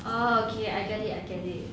oh okay I get it I get it